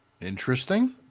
Interesting